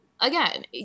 Again